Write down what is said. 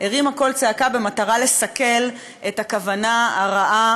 והרימה קול צעקה במטרה לסכל את הכוונה הרעה